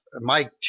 Mike